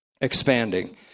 expanding